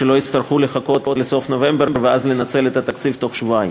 שלא יצטרכו לחכות לסוף נובמבר ואז לנצל את התקציב תוך שבועיים.